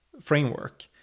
framework